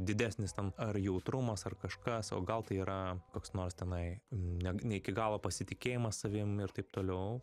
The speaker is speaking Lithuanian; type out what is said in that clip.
didesnis ten ar jautrumas ar kažkas o gal tai yra koks nors tenai ne iki galo pasitikėjimas savim ir taip toliau